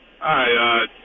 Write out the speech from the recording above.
Hi